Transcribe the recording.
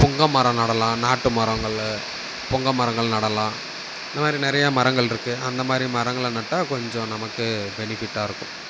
புங்க மரம் நடலாம் நாட்டு மரங்களில் புங்க மரங்கள் நடலாம் இந்த மாதிரி நிறையா மரங்கள் இருக்குது அந்த மாதிரி மரங்களை நட்டால் கொஞ்சம் நமக்கு பெனிஃபிட்டாக இருக்கும்